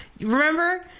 remember